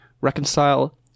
reconcile